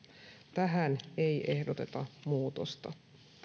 tähän ei ehdoteta muutosta